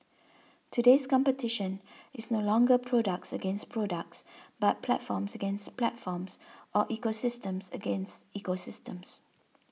today's competition is no longer products against products but platforms against platforms or ecosystems against ecosystems